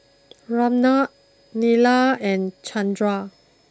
Ramnath Neila and Chandra